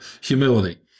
humility